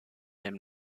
aime